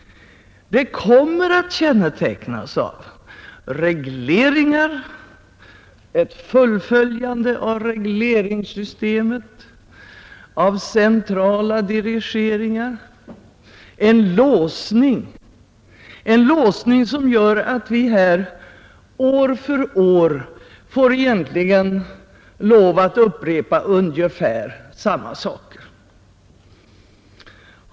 Det kännetecknas av regleringar, ett fullföljande av regleringssystemet, av centraldirigeringar, en låsning som gör att vi här år för år får lov att upprepa ungefär samma sak.